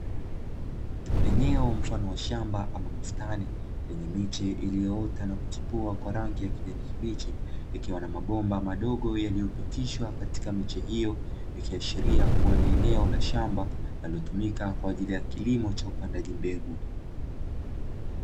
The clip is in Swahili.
Eneo mfano wa shamba ama bustani yenye miche, iliyoota na kuchipua kwa rangi ya kijani kibichi, ikiwa na mabomba madogo yaliyopitishwa katika mechi hiyo ya kiashiria kuwa na eneo la shamba aliotumika kwa ajili ya kilimo cha upandaji mbegu.